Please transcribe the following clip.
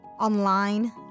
online